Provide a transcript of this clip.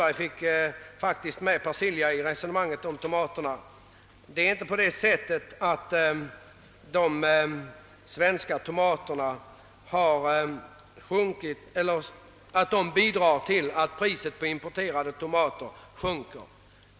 Jag vill också instämma i vad som sägs i reservationerna 12 och 13 b, där det yrkas att ramarna för den statliga kreditgarantin höjs när det gäller lån såväl för yttre och inre rationalisering som för jordförvärv.